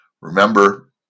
Remember